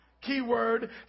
keyword